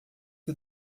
que